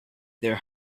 their